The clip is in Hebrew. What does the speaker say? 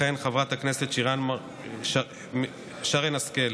תכהן חברת הכנסת שרן השכל.